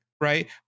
right